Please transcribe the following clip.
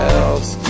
else